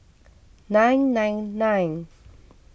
nine nine nine